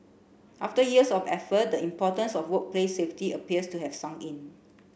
after years of effort the importance of workplace safety appears to have sunk in